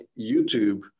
youtube